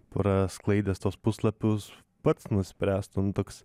prasklaidęs tuos puslapius pats nuspręstų nu toks